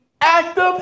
active